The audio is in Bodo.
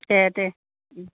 दे देह